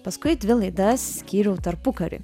paskui dvi laidas skyriau tarpukariui